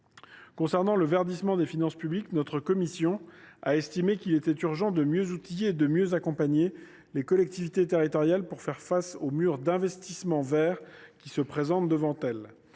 Concernant le verdissement des finances publiques, notre commission a estimé qu’il était urgent de mieux outiller et de mieux accompagner les collectivités territoriales, qui font face à un mur d’investissements verts à réaliser. Si le